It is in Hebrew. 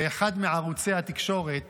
באחד מערוצי התקשורת